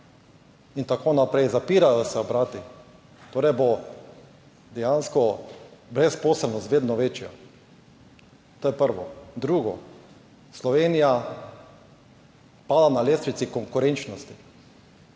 in tako naprej. Zapirajo se obrati, torej bo dejansko brezposelnost vedno večja. To je prvo. Drugo, Slovenija pada na lestvici konkurenčnosti